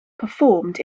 performed